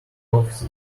office